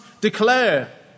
Declare